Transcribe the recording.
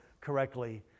correctly